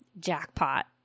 jackpot